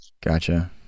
Gotcha